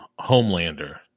Homelander